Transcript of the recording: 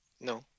No